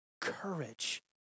courage